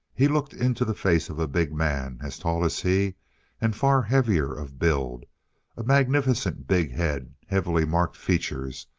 he looked into the face of a big man, as tall as he and far heavier of build a magnificent big head, heavily marked features,